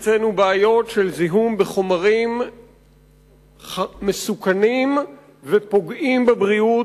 יש אצלנו בעיות של זיהום בחומרים מסוכנים ופוגעים בבריאות.